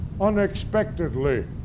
unexpectedly